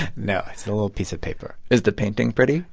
no. it's and a little piece of paper is the painting pretty?